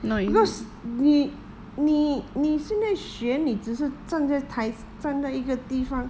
because 你你你现在学你只是站在台站在一个地方